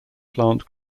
plant